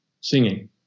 singing